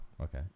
okay